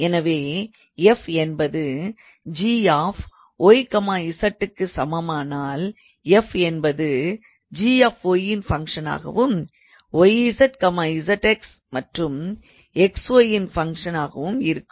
எனவே f என்பது க்குச் சமமானால் f என்பது 𝑔𝑦 இன் ஃபங்க்ஷன் ஆகவும் மற்றும் x y யின் ஃபங்க்ஷன் ஆகவும் இருக்கும்